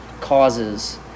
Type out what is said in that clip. causes